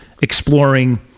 exploring